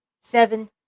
Seven